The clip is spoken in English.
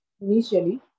initially